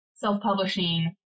Self-publishing